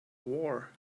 war